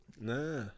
Nah